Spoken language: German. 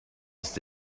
ist